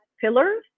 pillars